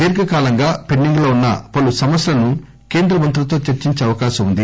దీర్ఘకాలికంగా పెండింగ్ లో వున్న పలు సమస్యలను కేంద్ర మంత్రులతో చర్చించే అవకాశముంది